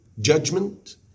judgment